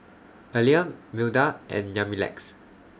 Aleah Milda and Yamilex